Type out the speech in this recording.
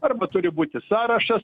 arba turi būti sąrašas